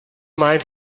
mind